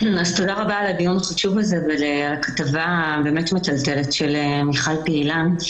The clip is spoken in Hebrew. תודה רבה על הדיון החשוב הזה ועל הכתבה הבאמת מטלטלת של מיכל פעילן.